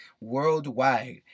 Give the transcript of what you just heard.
worldwide